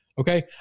Okay